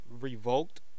revoked